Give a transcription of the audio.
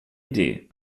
idee